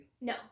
No